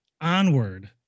Onward